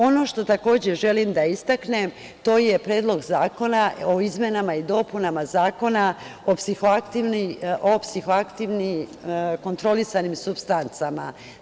Ono što takođe želim da istaknem to je Predlog zakona o izmenama i dopunama Zakona o psihoaktivnim kontrolisanim supstancama.